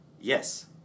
Yes